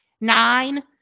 nine